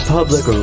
Public